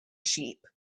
sheep